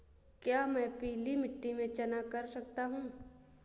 क्या मैं पीली मिट्टी में चना कर सकता हूँ?